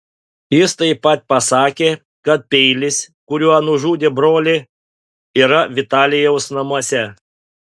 jis taip pat pasakė kad peilis kuriuo nužudė brolį yra vitalijaus namuose